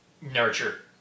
nurture